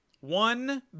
one